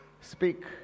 Speak